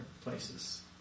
places